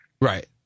Right